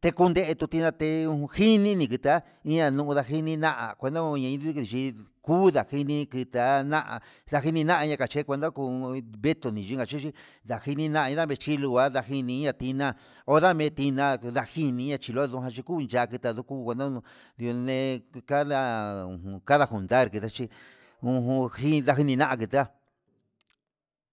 tekundetu tinraté ndunjini ndenikuta'a iian nduu nayini na'a há kuno'o ñaidichí kuu ndakini nguta'a ana'a ndajinina ndakachí yekuenda kuu un beto deyikan yiyi, ndajinina ndavichilo kua ndajina na'a tiná ondamenrida unda'a, jini ñakunra chikuu ya'a ketadun nindun yuu neé cada jun cada juntar kadachí ujun jin ndakunina nguitá.